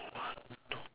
one two